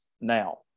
now